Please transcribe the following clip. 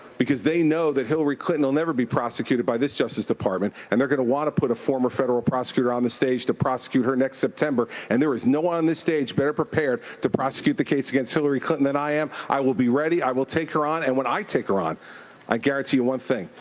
because they know that hillary clinton will never be prosecuted by this justice department, and they're going to want to put a former federal prosecutor on the stage to prosecute her next september. and, there is no one on this stage better prepared to prosecute the case against hillary clinton than i am. i will be ready. i will take her on, and when i take her on i guarantee you one thing,